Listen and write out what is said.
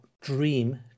dream